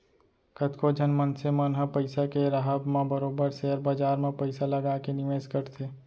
कतको झन मनसे मन ह पइसा के राहब म बरोबर सेयर बजार म पइसा लगा के निवेस करथे